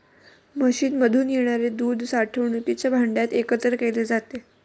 मशीनमधून येणारे दूध साठवणुकीच्या भांड्यात एकत्र केले जाते